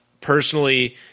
personally